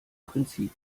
prinzip